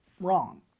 wrong